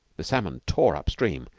the salmon tore up-stream,